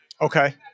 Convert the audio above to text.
Okay